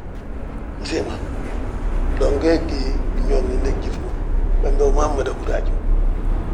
Usiima dong wee gí gyooŋdinde gíŧi ma, wembe wi maa wi mmada húri haji ma.